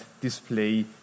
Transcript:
display